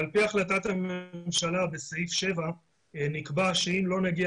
על פי החלטת הממשלה בסעיף 7 נקבע שאם לא נגיע